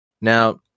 Now